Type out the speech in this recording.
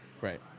Right